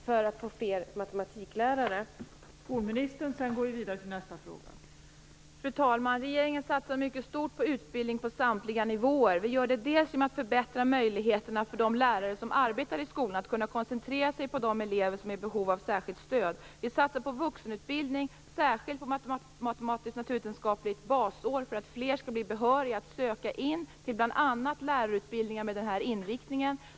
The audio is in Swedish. Fru talman! Regeringen satsar mycket stort på utbildning på samtliga nivåer. Vi gör det bl.a. genom att förbättra möjligheterna för de lärare som arbetar i skolan att kunna koncentrera sig på de elever som är i behov av särskilt stöd. Vi satsar på vuxenutbildning, särskilt på ett matematiskt-naturvetenskapligt basår, för att fler skall bli behöriga att söka in till bl.a. lärarutbildningar med den här inriktningen.